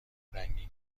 رنگین